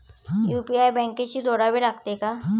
UPI बँकेशी जोडावे लागते का?